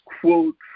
quote